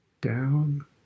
Down